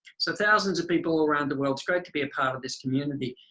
so thousands of people around the world. it's great to be a part of this community.